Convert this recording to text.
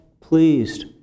pleased